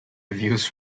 reviews